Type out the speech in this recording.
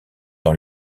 dans